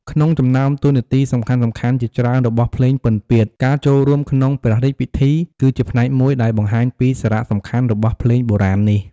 ក្នុងចំណោមតួនាទីសំខាន់ៗជាច្រើនរបស់ភ្លេងពិណពាទ្យ ការចូលរួមក្នុងព្រះរាជពិធី គឺជាផ្នែកមួយដែលបង្ហាញពីសារៈសំខាន់របស់ភ្លេងបុរាណនេះ។